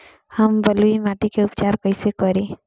हम बलुइ माटी के उपचार कईसे करि?